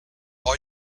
all